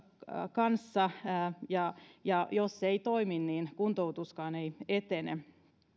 kanssa ja ja jos se ei toimi niin kuntoutuskaan ei etene